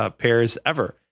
ah pairs ever,